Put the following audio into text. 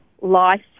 life